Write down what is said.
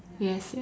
yes